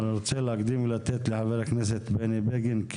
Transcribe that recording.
אבל אני רוצה להקדים ולתת לחבר הכנסת בני בגין,